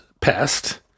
Pest